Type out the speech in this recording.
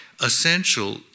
essential